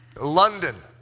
London